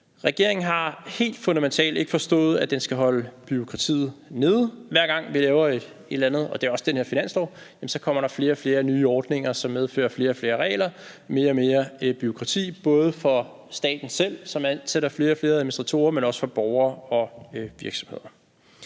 Regeringen har helt fundamentalt ikke forstået, at den skal holde bureaukratiet nede. Hver gang vi laver et eller andet, og det gælder også den her finanslov, så kommer der flere og flere nye ordninger, som medfører flere og flere regler og mere og mere bureaukrati, både for staten selv, som ansætter flere og flere administratorer, men også for borgere og virksomheder.